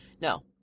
No